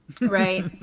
right